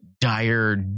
dire